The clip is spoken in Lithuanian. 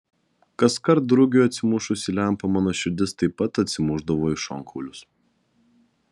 kaskart drugiui atsimušus į lempą mano širdis taip pat atsimušdavo į šonkaulius